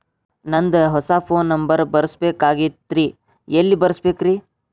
ನಂದ ಹೊಸಾ phone number ಬರಸಬೇಕ್ ಆಗೈತ್ರಿ ಎಲ್ಲೆ ಬರಸ್ಬೇಕ್ರಿ?